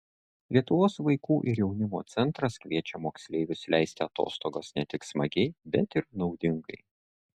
lietuvos vaikų ir jaunimo centras kviečia moksleivius leisti atostogas ne tik smagiai bet ir naudingai